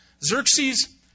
Xerxes